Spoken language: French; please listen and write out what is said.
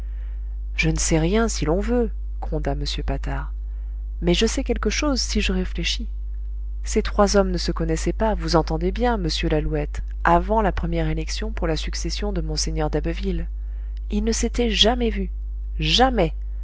je ne sais rien si l'on veut gronda m patard mais je sais quelque chose si je réfléchis ces trois hommes ne se connaissaient pas vous entendez bien monsieur lalouette avant la première élection pour la succession de mgr d'abbeville ils ne s'étaient jamais vus jamais